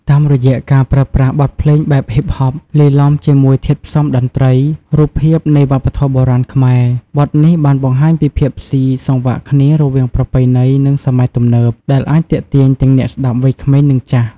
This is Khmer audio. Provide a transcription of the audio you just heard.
តាមរយៈការប្រើប្រាស់បទភ្លេងបែបហ៊ីបហប លាយឡំជាមួយធាតុផ្សំតន្ត្រី រូបភាពនៃវប្បធម៌បុរាណខ្មែរ បទនេះបានបង្ហាញពីភាពស៊ីសង្វាក់គ្នារវាងប្រពៃណី និងសម័យទំនើប ដែលអាចទាក់ទាញទាំងអ្នកស្តាប់វ័យក្មេង និងចាស់។